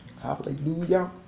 Hallelujah